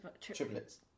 Triplets